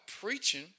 preaching